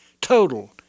Total